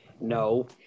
No